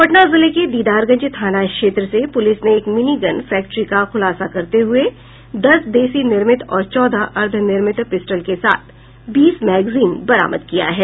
पटना जिले के दीदारगंज थाना क्षेत्र से पुलिस ने एक मिनी गन फैक्ट्री का खुलासा करते हुये दस देसी निर्मित और चौदह अर्द्वनिर्मित पिस्टल के साथ बीस मैगजीन बरामद किया है